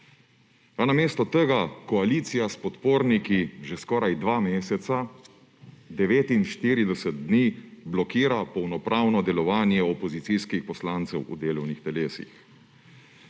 namesto tega koalicija s podporniki že skoraj dva meseca, 49 dni, blokira polnopravno delovanje opozicijskih poslancev v delovnih telesih.